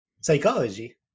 Psychology